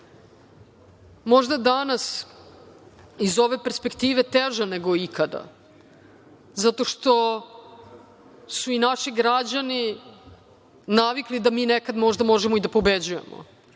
možda danas iz ove perspektive teža nego ikada zato što su i naši građani navikli da mi nekada možda možemo da pobeđujemo,